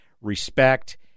respect